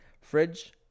fridge